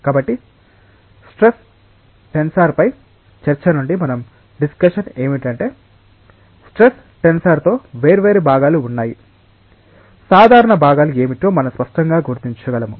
కాబట్టి స్ట్రెస్ టెన్సర్పై చర్చ నుండి మనం డిస్కషన్ ఏమిటంటే స్ట్రెస్ టెన్సర్లో వేర్వేరు భాగాలు ఉన్నాయి సాధారణ భాగాలు ఏమిటో మనం స్పష్టంగా గుర్తించగలము